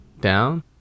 down